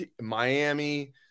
Miami